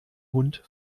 hund